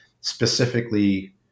specifically